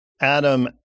adam